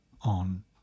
on